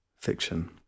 fiction